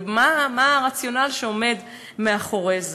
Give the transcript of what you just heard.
ומה הרציונל שעומד מאחורי זה?